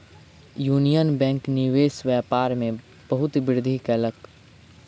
union Bank निवेश व्यापार में बहुत वृद्धि कयलक